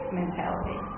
mentality